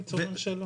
שטייניץ אומר שלא.